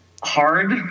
hard